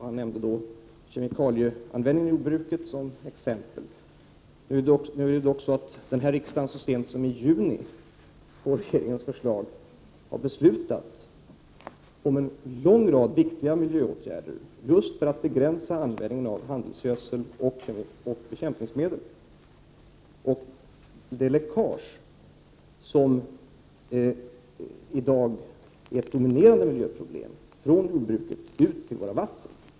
Han nämnde kemikalieanvändningen i jordbruket som exempel. Det är emellertid så att riksdagen så sent som i juni på regeringens förslag har beslutat om en lång rad viktiga miljöåtgärder just för att begränsa användningen av handelsgödsel och bekämpningsmedel samt det läckage från jordbruket ut i våra vatten som i dag är ett dominerande miljöproblem.